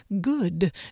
Good